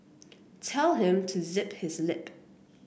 tell him to zip his lip